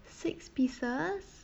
six pieces